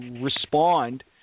respond